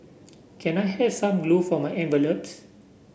can I have some glue for my envelopes